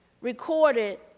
recorded